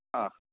हा